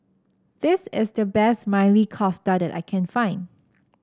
this is the best Maili Kofta that I can find